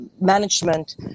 management